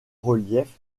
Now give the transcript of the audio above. reliefs